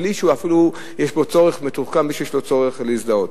בלי שאפילו יש לו צורך להזדהות.